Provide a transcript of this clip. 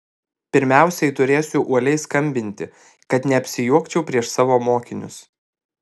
pirmiausiai turėsiu uoliai skambinti kad neapsijuokčiau prieš savo mokinius